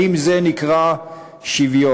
האם זה נקרא שוויון?